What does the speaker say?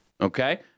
Okay